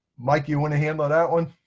mike, you want to handle that one?